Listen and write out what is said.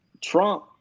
Trump